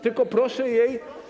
Tylko proszę jej.